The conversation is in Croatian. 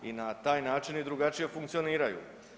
I na taj način drugačije funkcioniraju.